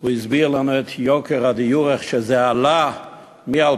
הוא הסביר לנו על יוקר הדיור, איך זה עלה מ-2008,